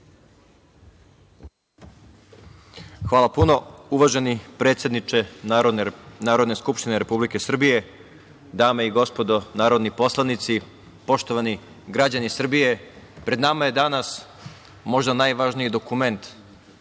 Hvala puno. Uvaženi predsedniče Narodne skupštine Republike Srbije, dame i gospodo narodni poslanici, poštovani građani Srbije, pred nama je danas možda najvažniji dokument